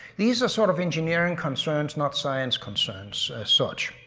these are sort of engineering concerns, not science concerns as such.